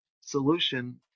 solution